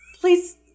Please